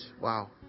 Wow